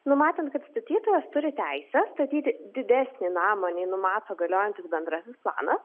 numatant kad statytojas turi teisę statyti didesnį namą nei numato galiojantis bendrasis planas